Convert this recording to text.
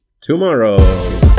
tomorrow